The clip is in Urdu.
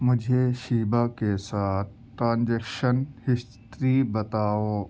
مجھے شیبا کے ساتھ ٹرانزیکشن ہسٹری بتاؤ